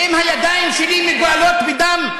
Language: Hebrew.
ואם הידיים שלי מגואלות בדם,